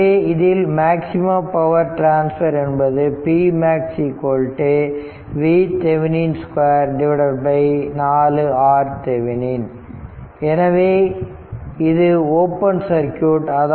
எனவே இதில் maximum power transfer என்பது p max 2 4 RTheveni எனவே இது ஓபன் சர்க்யூட்